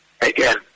Again